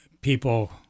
people